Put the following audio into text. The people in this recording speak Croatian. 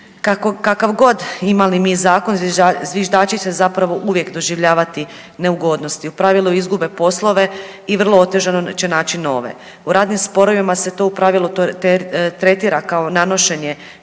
Kakav god imali mi zakon zviždači će zapravo uvijek doživljavati neugodnosti, u pravilu izgube poslove i vrlo otežano će naći nove. U radnim sporovima se to u pravilu tretira kao nanošenje